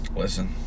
Listen